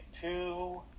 two